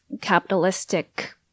capitalistic